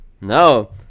No